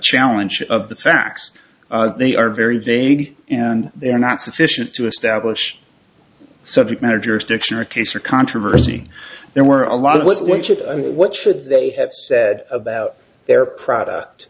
challenge of the facts they are very vague and they're not sufficient to establish subject matter jurisdiction or case or controversy there were a lot of what should what should they have said about their product